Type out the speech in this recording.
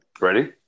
Ready